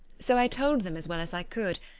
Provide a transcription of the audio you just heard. so i told them, as well as i could,